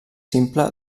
simple